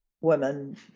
women